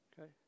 Okay